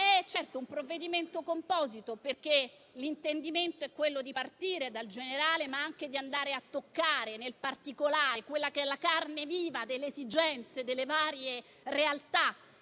Certo, è un provvedimento composito, perché l'intendimento è partire dal generale, ma anche andare a toccare nel particolare la carne viva delle esigenze, delle varie realtà.